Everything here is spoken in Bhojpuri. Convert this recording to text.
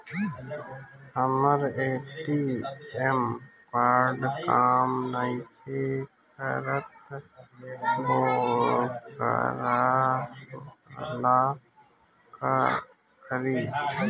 हमर ए.टी.एम कार्ड काम नईखे करत वोकरा ला का करी?